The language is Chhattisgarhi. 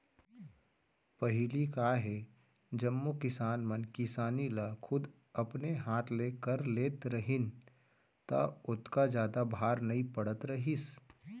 पहिली का हे जम्मो किसान मन किसानी ल खुद अपने हाथ ले कर लेत रहिन त ओतका जादा भार नइ पड़त रहिस